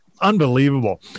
Unbelievable